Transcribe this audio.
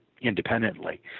independently